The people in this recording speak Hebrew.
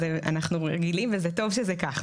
אנחנו רגילים וזה טוב שזה כך,